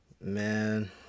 man